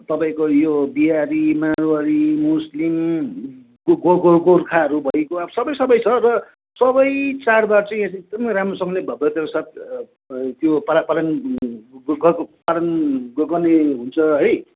तपाईँको यो बिहारी मरवाडी मुस्लिम गो गो गो गोर्खाहरू भइगयो सबै सबै छ र सबै चाडबाड चाहिँ यहाँ चाहिँ एकदमै राम्रोसँगले भव्यता साथ त्यो गर्ने हुन्छ है